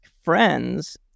friends